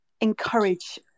encourage